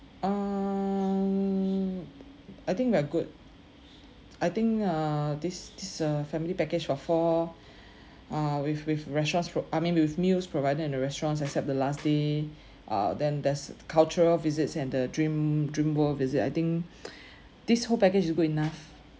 um I think we're good I think err this this uh family package for four uh with with restaurants pro~ I mean with meals provided in the restaurants except the last day uh then there's cultural visits and the dream Dreamworld visit I think this whole package is good enough